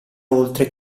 oltre